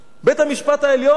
בית-המשפט העליון,